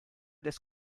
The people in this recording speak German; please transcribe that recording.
des